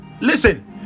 listen